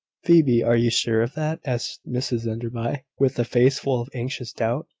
phoebe, are you sure of that? asked mrs enderby, with a face full of anxious doubt.